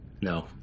No